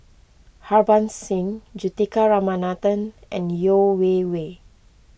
Harbans Singh Juthika Ramanathan and Yeo Wei Wei